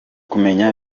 kumenya